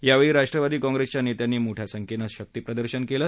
यावेळी राष्ट्रवादी काँग्रेसच्या नेत्यांनी मोठ्या संख्येनं शक्तिप्रदर्शन केले